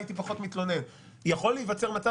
הייתי פחות מתלונן יכול להיווצר מצב